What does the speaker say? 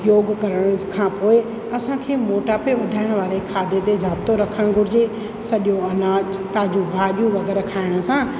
योगु करण खां पोइ असां खे मोटापे वधाइण वारे खाधे ते ज़ाब्तो रखणु घुरिजे सॼो अनाजु ताज़ियूं भाॼियूं वग़ैरह खाइण सां